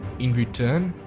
in return,